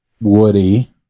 Woody